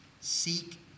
Seek